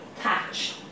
patch